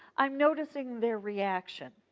i am noticing their reaction.